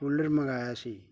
cooler ਮੰਗਵਾਇਆ ਸੀ